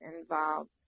involved